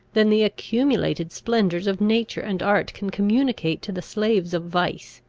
than the accumulated splendours of nature and art can communicate to the slaves of vice.